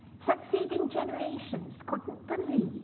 succeeding generations couldn't believe